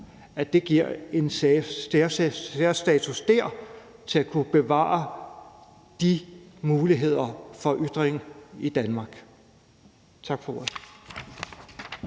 får man en særstatus dér til at kunne bevare de muligheder for ytring i Danmark. Tak for ordet.